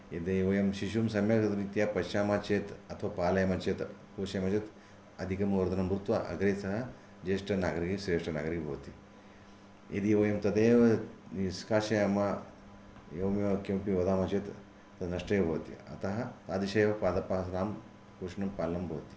यदि वयं शिशुं सम्यक् रीत्य पश्यामः चेत् अथवा पालयामः चेत् पोषणमः अधिकम् ओदनं भूत्वा आग्रे सः ज्येष्ठनागरि श्रेष्ठनागरि भवति यदि वयं तदैव निष्कासयामः एवम् अपि किम् अपि वदामि चेत् तत् नष्टं एव भवति अतः तादृशः एव पादपानां पोषणं पालनं भवति